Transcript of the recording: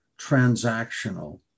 transactional